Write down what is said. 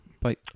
Bye